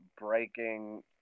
breaking